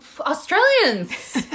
Australians